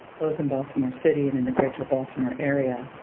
both in baltimore city and in the greater baltimore area.